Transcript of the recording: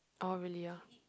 oh really ah